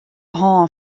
hân